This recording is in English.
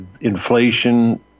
inflation